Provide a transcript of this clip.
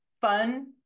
fun